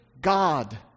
God